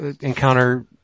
encounter